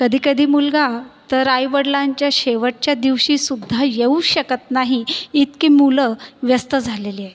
कधी कधी मुलगा तर आईवडिलांच्या शेवटच्या दिवशी सुद्धा येऊ शकत नाही इतकी मुलं व्यस्त झालेली आहे